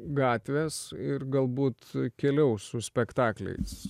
gatvės ir galbūt keliaus su spektakliais